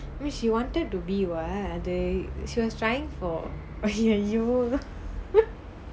which she wanted to be what அது:athu she was trying for !aiyoyo!